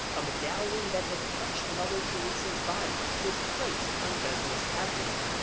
a medallion that had touched mother teresa's body was placed on besra's abdomen,